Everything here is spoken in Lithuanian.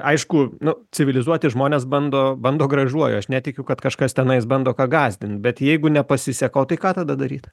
aišku nu civilizuoti žmonės bando bando gražuoju aš netikiu kad kažkas tenais bando ką gąsdint bet jeigu nepasiseka o tai ką tada daryt